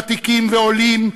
ותיקים ועולים,